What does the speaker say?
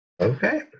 Okay